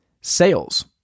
sales